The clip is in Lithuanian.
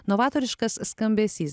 novatoriškas skambesys